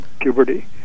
puberty